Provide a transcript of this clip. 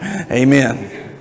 amen